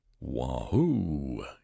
wahoo